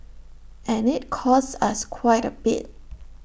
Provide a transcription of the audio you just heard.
and IT costs us quite A bit